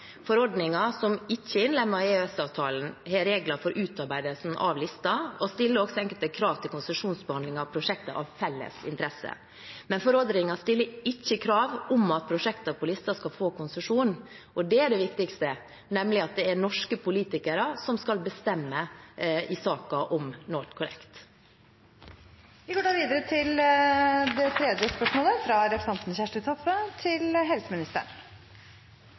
som ikke er innlemmet i EØS-avtalen, har regler for utarbeidelsen av listen og stiller også enkelte krav til konsesjonsbehandling av prosjekter av felles interesse. Men forordningen stiller ikke krav om at prosjekter på listen skal få konsesjon – og det er det viktigste, nemlig at det er norske politikere som skal bestemme i saken om